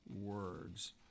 words